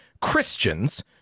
Christians